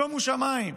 שומו שמיים.